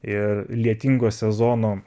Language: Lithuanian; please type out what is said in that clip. ir lietingo sezono